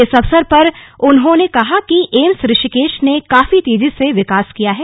इस अवसर पर उन्होंने कहा कि एम्स ऋषिकेश ने काफी तेजी से विकास किया है